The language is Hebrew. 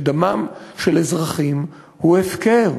שדמם של אזרחים הוא הפקר,